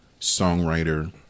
songwriter